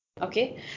Okay